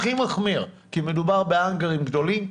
כי מדובר בהאנגרים גדולים,